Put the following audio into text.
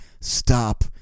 stop